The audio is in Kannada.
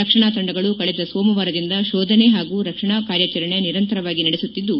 ರಕ್ಷಣಾ ತಂಡಗಳು ಕಳೆದ ಸೋಮವಾರದಿಂದ ಕೋಧನ ಪಾಗೂ ರಕ್ಷಣಾ ಕಾರ್ಯಾಚರಣೆ ನಿರಂತರವಾಗಿ ನಡೆಸುತ್ತಿದ್ದು